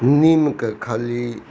नीमके खल्ली